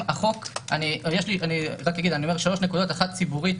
אני רוצה לדבר על שלוש נקודות: ציבורית,